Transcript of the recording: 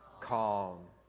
Calm